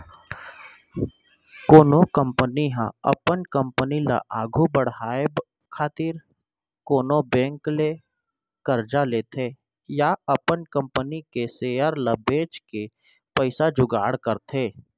कोनो कंपनी ह अपन कंपनी ल आघु बड़हाय खातिर कोनो बेंक ले करजा लेथे या अपन कंपनी के सेयर ल बेंच के पइसा जुगाड़ करथे